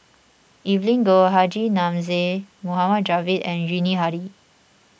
Evelyn Goh Haji Namazie Mohd Javad and Yuni Hadi